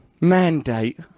mandate